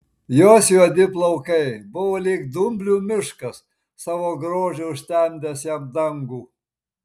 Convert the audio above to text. jos juodi plaukai buvo lyg dumblių miškas savo grožiu užtemdęs jam dangų